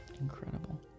Incredible